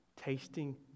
Tasting